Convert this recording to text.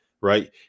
right